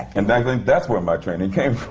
and i think that's where my training came from.